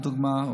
לדוגמה,